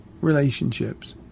relationships